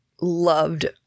loved